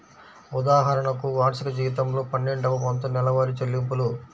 ఉదాహరణకు, వార్షిక జీతంలో పన్నెండవ వంతు నెలవారీ చెల్లింపులు